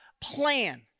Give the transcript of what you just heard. plan